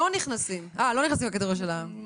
הם לא נכנסים לקטגוריה של המונשמים?